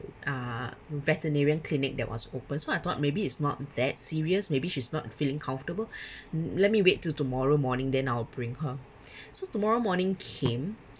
uh veterinary clinic that was open so I thought maybe it's not that serious maybe she's not feeling comfortable let me wait till tomorrow morning then I'll bring her so tomorrow morning came